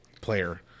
player